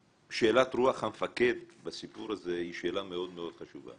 שאלת רוח המפקד בסיפור הזה היא שאלה מאוד חשובה.